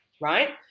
right